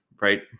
Right